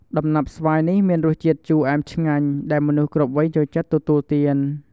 ដំណាប់ស្វាយនេះមានរសជាតិជូរអែមឆ្ងាញ់ ដែលមនុស្សគ្រប់វ័យចូលចិត្តទទួលទាន។